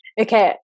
okay